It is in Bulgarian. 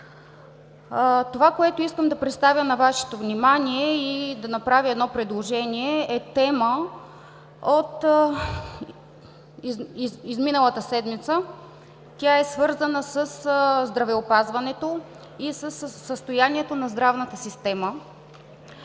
Това, което искам да представя на Вашето внимание и да направя едно предложение, е тема от изминалата седмица. Тя е свързана със здравеопазването и състоянието на здравната система.